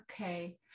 Okay